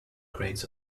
grades